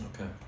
Okay